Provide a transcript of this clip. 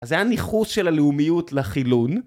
אז זה היה ניכוס של הלאומיות לחילון.